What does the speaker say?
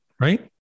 Right